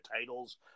titles